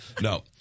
No